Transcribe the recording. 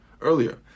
earlier